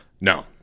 No